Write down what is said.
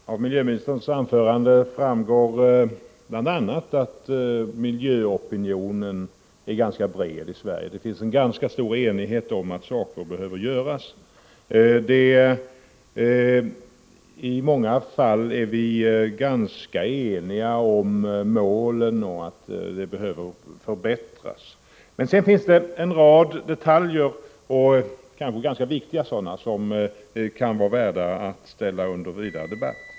Fru talman! Av miljöministerns anförande framgår bl.a. att miljöopinionen är ganska bred i Sverige. Det finns stor enighet om att saker behöver göras. I många fall är vi ganska eniga om målen och om nödvändigheten av förbättringar. Men sedan finns det en rad detaljer och ganska viktiga sådana som kan vara värda att ställa under vidare debatt.